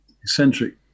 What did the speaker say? eccentric